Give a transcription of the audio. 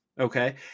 Okay